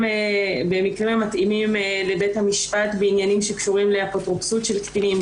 במקרים המתאימים לבית המשפט בעניינים שקשורים לאפוטרופסות של קטינים,